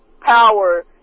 power